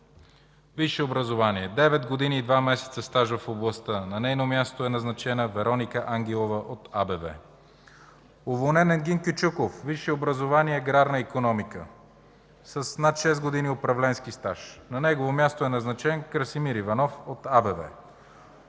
Висше образование, девет години и два месеца стаж в областта. На нейно място е назначена Вероника Ангелова от АБВ. Уволнен: Енгин Кючуков. Висше образование – аграрна икономика, с над шест години управленски стаж. На негово място е назначен Красимир Иванов от АБВ.